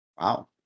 Wow